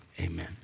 Amen